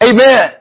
Amen